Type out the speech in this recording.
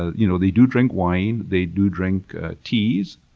ah you know they do drink wine they do drink teas.